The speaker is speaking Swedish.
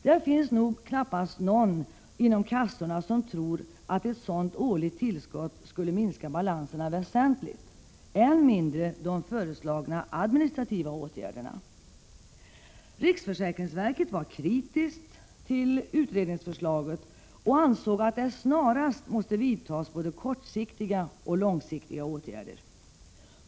Det finns dock knappast någon inom kassorna som tror att ett sådant årligt tillskott skulle minska balanserna väsentligt, än mindre de föreslagna administrativa åtgärderna. Riksförsäkringsverket var kritiskt till utredningsförslaget och ansåg att det snarast måste vidtas både kortsiktiga och långsiktiga åtgärder.